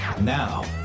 now